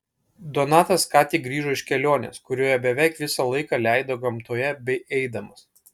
donatas ką tik grįžo iš kelionės kurioje beveik visą laiką leido gamtoje bei eidamas